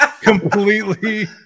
completely